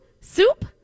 soup